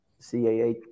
CAA